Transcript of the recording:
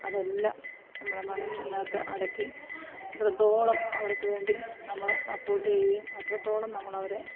അതെല്ലാം നമ്മുടെ മനസ്സിനകത്ത് അടക്കി അത്രത്തോളം അവർക്ക് വേണ്ടി നമ്മൾ സപ്പോട്ട് ചെയ്യുകയും അത്രത്തോളം നമ്മളവരെ